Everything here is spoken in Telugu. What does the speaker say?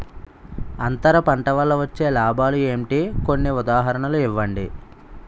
అంతర పంట వల్ల వచ్చే లాభాలు ఏంటి? కొన్ని ఉదాహరణలు ఇవ్వండి?